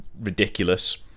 ridiculous